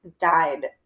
died